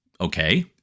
Okay